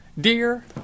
Dear